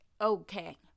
okay